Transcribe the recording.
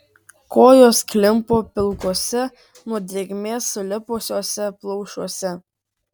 kojos klimpo pilkuose nuo drėgmės sulipusiuose plaušuose